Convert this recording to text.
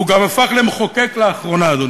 גם הפך למחוקק לאחרונה, אדוני.